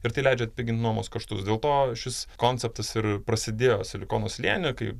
ir tai leidžia atpigint nuomos kaštus dėl to šis konceptas ir prasidėjo silikono slėny kai